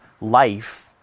life